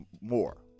more